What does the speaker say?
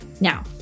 Now